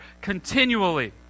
continually